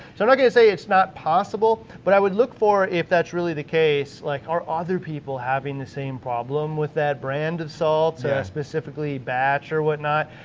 so i'm not going to say it's not possible. but i would look for if that's really the case. like are other people having the same problem with that brand of salt, specifically batch or whatnot,